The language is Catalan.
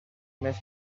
més